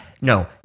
no